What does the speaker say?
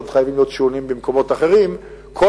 שעוד חייבים להיות שינויים במקומות אחרים כל